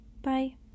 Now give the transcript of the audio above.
Bye